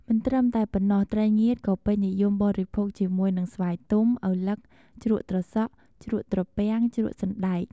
មិនត្រឹមតែប៉ុណ្ណោះ ត្រីងៀតក៏ពេញនិយមបរិភោគជាមួយនិងស្វាយទុំ ឪឡឹក ជ្រក់ត្រសក់ ជ្រក់ត្រពាំង ជ្រក់សណ្ដែក។